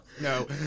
no